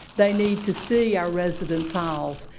they need to see our residence halls.